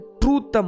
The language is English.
truth